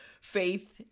faith